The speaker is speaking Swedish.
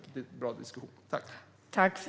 Jag tackar för en bra diskussion.